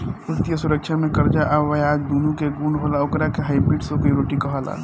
वित्तीय सुरक्षा में कर्जा आ ब्याज दूनो के गुण होला ओकरा के हाइब्रिड सिक्योरिटी कहाला